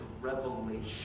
revelation